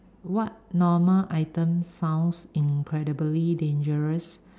what normal items sound incredibly dangerous